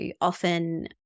often